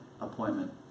appointment